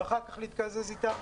ואחר כך להתקזז איתם.